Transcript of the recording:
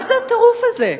מה הטירוף הזה?